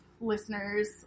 listeners